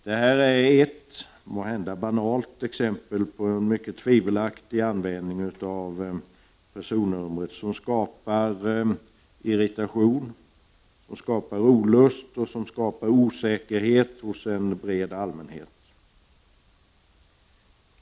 Detta är måhända ett banalt exempel på en mycket tvivelaktig användning av personnumret, som skapar irritation, olust och osäkerhet hos en bred allmänhet.